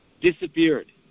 disappeared